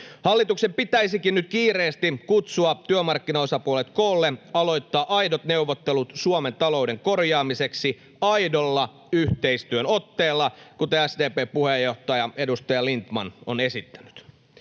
Hallituksen pitäisikin nyt kiireesti kutsua työmarkkinaosapuolet koolle ja aloittaa aidot neuvottelut Suomen talouden korjaamiseksi aidolla yhteistyön otteella, kuten SDP:n puheenjohtaja, edustaja Lindtman on esittänyt.